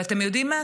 ואתם יודעים מה?